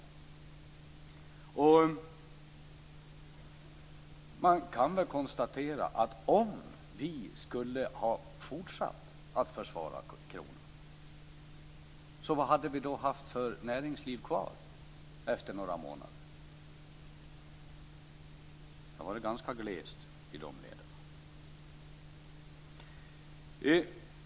Om vi hade fortsatt med att försvara kronan, vilket näringsliv skulle vi då ha haft kvar efter några månader? Det skulle ha varit ganska glest i de leden.